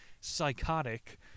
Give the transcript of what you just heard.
psychotic